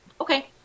Okay